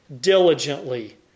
diligently